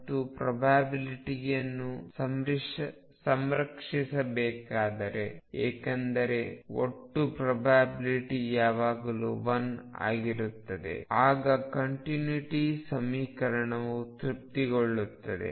ಮತ್ತು ಪ್ರೊಬ್ಯಾಬಿಲ್ಟಿಯನ್ನು ಸಂರಕ್ಷಿಸಬೇಕಾದರೆ ಏಕೆಂದರೆ ಒಟ್ಟು ಪ್ರೊಬ್ಯಾಬಿಲ್ಟಿ ಯಾವಾಗಲೂ 1 ಆಗಿರುತ್ತದೆ ಆಗ ಕಂಟ್ಯುನಿಟಿ ಸಮೀಕರಣವು ತೃಪ್ತಿಗೊಳ್ಳುತ್ತದೆ